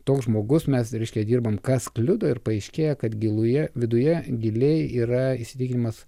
toks žmogus mes reiškia dirbam kas kliudo ir paaiškėja kad giluje viduje giliai yra įsitikinimas